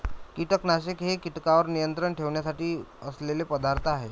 कीटकनाशके हे कीटकांवर नियंत्रण ठेवण्यासाठी असलेले पदार्थ आहेत